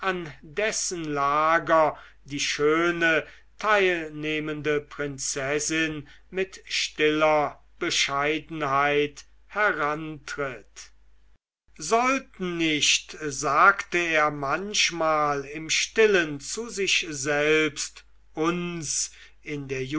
dessen lager die schöne teilnehmende prinzessin mit stiller bescheidenheit herantritt sollten nicht sagte er manchmal im stillen zu sich selbst uns in der